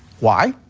why?